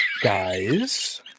guys